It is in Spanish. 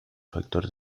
factor